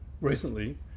recently